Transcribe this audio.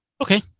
Okay